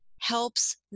helps